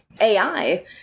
AI